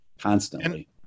constantly